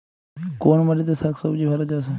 কোন মাটিতে শাকসবজী ভালো চাষ হয়?